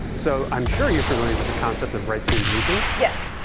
so i'm sure you're familiar with the concept of red team, blue team? yes.